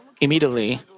immediately